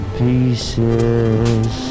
pieces